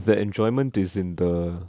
the enjoyment is in the